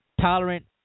tolerant